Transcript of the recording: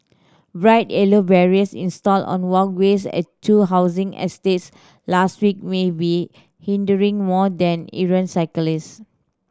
bright yellow barriers installed on walkways at two housing estates last week may be hindering more than errant cyclists